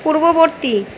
পূর্ববর্তী